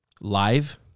live